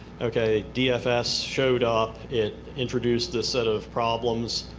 okay, dfs showed up. it introduced this set of problems.